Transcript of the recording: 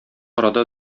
арада